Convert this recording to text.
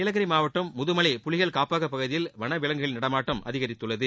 நீலகிரி மாவட்டம் முதுமலை புலிகள் காப்பக பகுதியில் வன விலங்குகளின் நடமாட்டம் அதிகரித்துள்ளது